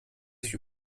sich